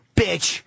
bitch